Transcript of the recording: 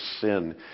sin